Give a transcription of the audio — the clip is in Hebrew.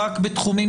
ממשרד המשפטים